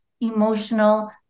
emotional